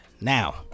now